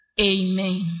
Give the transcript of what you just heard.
Amen